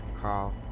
Carl